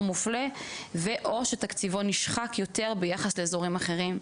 מופלה ו/או שתקציבו נשחק יותר ביחס לאזורים אחרים,